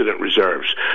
reserves